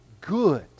good